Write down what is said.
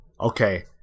Okay